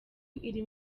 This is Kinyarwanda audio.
iri